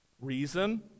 reason